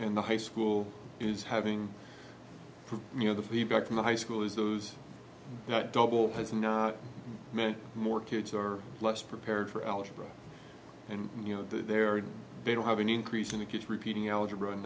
and the high school is having you know the feedback from the high school is those not double has not met more kids or less prepared for algebra and you know they're they don't have an increase in the kids repeating algebra in